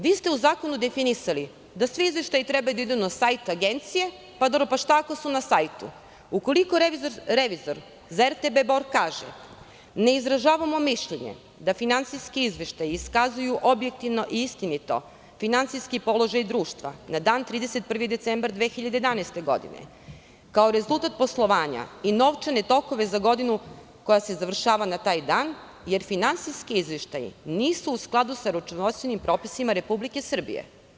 Vi ste u zakonu definisali da svi izveštaji treba da idu na sajt agencije, pa šta ako su na sajtu, ukoliko revizor za RTB Bor kaže – ne izražavamo mišljenje da finansijski izveštaji iskazuju objektivno i istinito finansijski položaj društva na dan 31. decembar 2011. godine, kao rezultat poslovanja i novčane tokove za godinu koja se završava na taj dan, jer finansijski izveštaji nisu u skladu sa računovodstvenim propisima Republike Srbije.